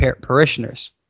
parishioners